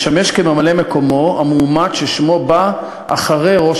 ישמש כממלא-מקומו המועמד ששמו בא אחרי ראש